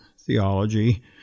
theology